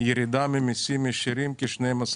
אני רואה שיש ירידה ממסים ישירים של כ-12%